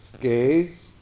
gaze